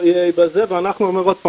אני אומר עוד פעם,